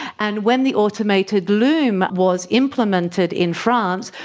and when the automated loom was implemented in france,